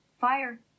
fire